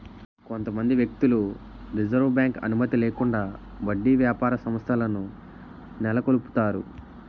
కొంతమంది వ్యక్తులు Reserve Bank అనుమతి లేకుండా వడ్డీ వ్యాపార సంస్థలను నెలకొల్పుతారు